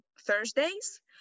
Thursday's